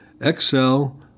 Excel